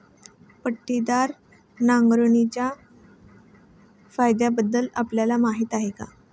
पट्टीदार नांगरणीच्या फायद्यांबद्दल आपल्याला माहिती आहे का?